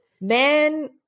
men